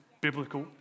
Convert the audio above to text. biblical